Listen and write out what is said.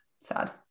Sad